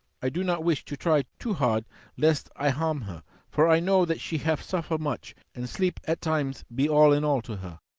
i do not wish to try too hard lest i harm her for i know that she have suffer much, and sleep at times be all-in-all to her.